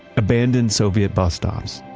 abandoned soviet bus stops,